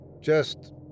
Just